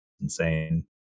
insane